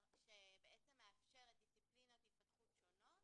שמאפשרת דיסציפלינות התפתחות שונות.